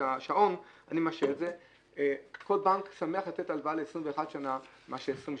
כל בנק שמח לתת הלוואה ל-21 שנה מאשר ל-20 שנה.